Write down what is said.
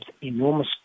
enormous